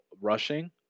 rushing